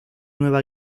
nueva